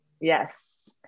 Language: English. Yes